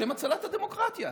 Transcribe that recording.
בשם הצלת הדמוקרטיה.